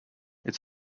its